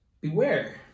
beware